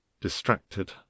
distracted